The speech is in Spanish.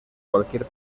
cualquier